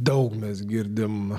daug mes girdim